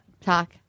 Talk